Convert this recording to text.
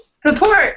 Support